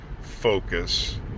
focus